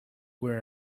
where